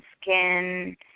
skin